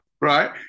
right